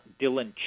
Dylan